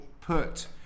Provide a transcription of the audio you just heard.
put